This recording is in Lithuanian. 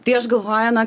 tai aš galvoju na